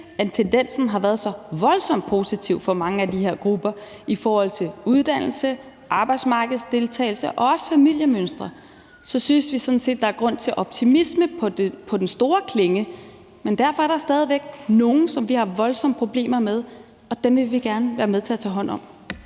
at tendensen har været så voldsomt positiv for mange af de her grupper i forhold til uddannelse, arbejdsmarkedsdeltagelse og også familiemønstre, så synes vi sådan set, der er grund til optimisme på den store klinge. Men derfor er der stadig væk nogle, som vi har voldsomme problemer med, og dem vil vi gerne være med til at tage hånd om.